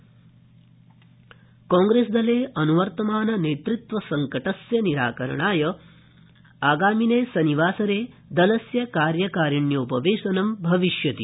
कांग्रेस दलोपवेशनम् कांग्रेस दले अन्वर्तमान नेतृत्व सङ्कटस्य निराकरणाय आगामिने शनिवासरे दलस्य कार्यकारिण्यो पवेशनं भविष्यति